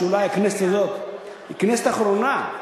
שאולי הכנסת הזאת היא הכנסת האחרונה,